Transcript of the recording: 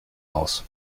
aus